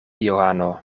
johano